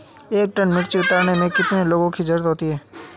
एक टन मिर्ची उतारने में कितने लोगों की ज़रुरत होती है?